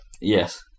Yes